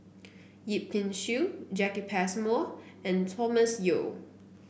Yip Pin Xiu Jacki Passmore and Thomas Yeo